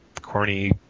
corny